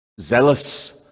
zealous